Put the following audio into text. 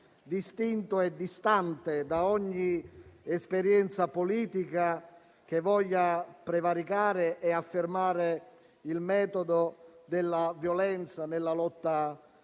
distinto e distante da ogni esperienza politica che voglia affermare il metodo della violenza nella lotta